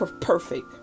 perfect